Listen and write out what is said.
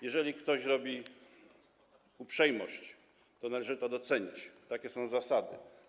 Jeżeli ktoś robi uprzejmość, to należy to docenić, takie są zasady.